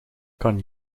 kan